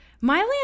Miley